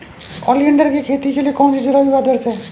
Oleander की खेती के लिए कौन सी जलवायु आदर्श है?